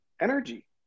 energy